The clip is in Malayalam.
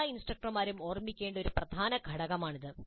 എല്ലാ ഇൻസ്ട്രക്ടർമാരും ഓർമ്മിക്കേണ്ട മറ്റൊരു പ്രധാന ഘടകമാണിത്